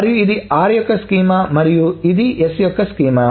మరియు ఇది r యొక్క స్కీమా మరియు s యొక్క స్కీమా